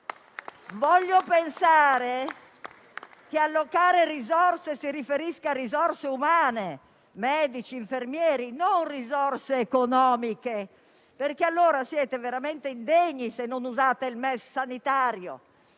Voglio pensare che allocare risorse si riferisca a risorse umane (medici e infermieri) e non economiche, perché allora siete veramente indegni, se non usate il MES sanitario,